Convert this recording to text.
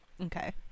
Okay